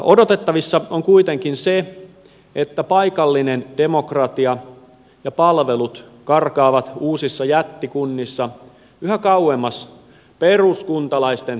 odotettavissa on kuitenkin se että paikallinen demokratia ja palvelut karkaavat uusissa jättikunnissa yhä kauemmas peruskuntalaisten tavoittamattomiin